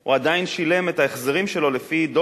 הם עדיין שילמו את ההחזרים שלו לפי שער